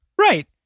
right